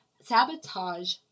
sabotage